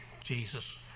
Jesus